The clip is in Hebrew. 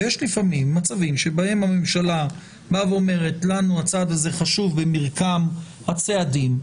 ויש לפעמים מצבים שבהם הממשלה אומרת שהצעד הזה חשוב במקרם הצעדים.